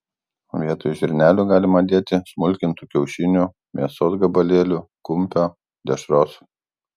vietoj žirnelių galima dėti smulkintų kiaušinių mėsos gabalėlių kumpio dešros